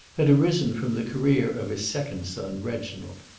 had arisen from the career of his second son, reginald.